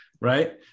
right